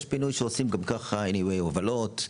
יש פינוי שעושים גם ככה בכל מקרה, הובלות.